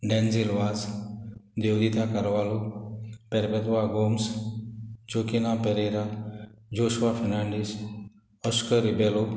Denzil Vaz Devrita Carvalho Perpetua Gomes Joaquina Pereira Joshua Fernandes Oscar Ibelo